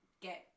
get